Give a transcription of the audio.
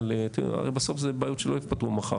הרי בסוף זה בעיות שלא יפתרו מחר.